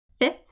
Fifth